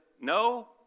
no